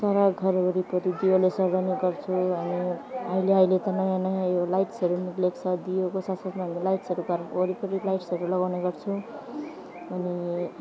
सारा घर वरिपरि दीयोले सजाउने गर्छौँ अनि अहिले अहिले त नयाँ नयाँ यो लाइट्सहरू निस्केछ दीयोको साथ साथमा हामी लाइट्सहरू घर वरिपरि लाइट्सहरू लगाउने गर्छौँ अनि